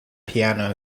piano